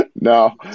No